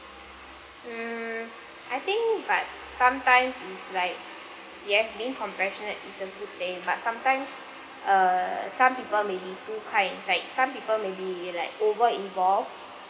mm I think but sometimes is like yes being compassionate is a good thing but sometimes err some people maybe too kind like some people maybe like over involved